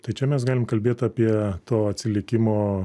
tai čia mes galim kalbėt apie to atsilikimo